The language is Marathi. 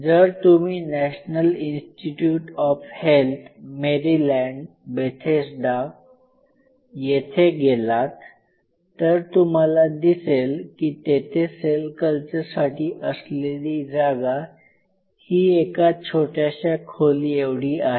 जर तुम्ही national institute of health Maryland Bethesda National Institute of Health Maryland Bethesda येथे गेलात तर तुम्हाला दिसेल की तेथे सेल कल्चर साठी असलेली जागा ही एका छोट्याशा खोली एवढी आहे